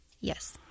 Yes